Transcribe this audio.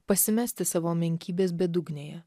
pasimesti savo menkybės bedugnėje